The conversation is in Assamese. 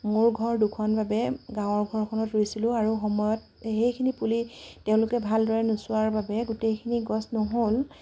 মোৰ ঘৰ দুখন বাবে গাঁৱৰ ঘৰখনত ৰুইছিলোঁ আৰু সময়ত সেইখিনি পুলি তেওঁলোকে ভালদৰে নোচোৱাৰ বাবে গোটেইখিনি গছ নহ'ল